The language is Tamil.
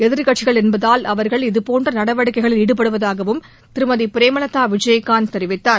எதிர்கட்சிகள் என்பதால் அவர்கள் இதபோன்ற நடவடிக்கைகளில் ஈடுபடுவதாகவும் திருமதி பிரேமலதா விஜயகாந்த் தெரிவித்தார்